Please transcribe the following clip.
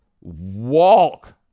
Walk